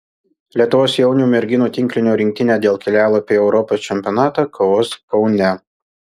lietuvos jaunių merginų tinklinio rinktinė dėl kelialapio į europos čempionatą kovos kaune